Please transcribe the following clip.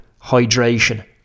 hydration